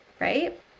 right